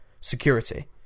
security